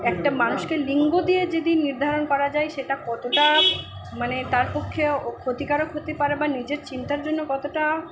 একটা মানুষকে লিঙ্গ দিয়ে যদি নির্ধারণ করা যায় সেটা কতোটা মানে তার পক্ষে ক্ষতিকারক হতে পারে বা নিজের চিন্তার জন্য কতোটা